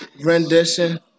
rendition